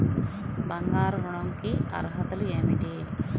బంగారు ఋణం కి అర్హతలు ఏమిటీ?